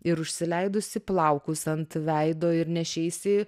ir užsileidusi plaukus ant veido ir nešeisi